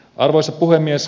arvoisa puhemies